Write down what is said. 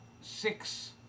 six